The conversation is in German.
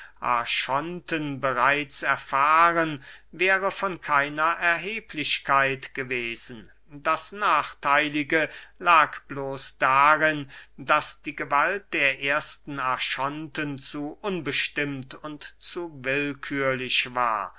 archonten bereits erfahren wäre von keiner erheblichkeit gewesen das nachtheilige lag bloß darin daß die gewalt der ersten archonten zu unbestimmt und zu willkührlich war